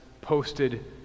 posted